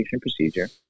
procedure